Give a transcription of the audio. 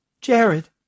Jared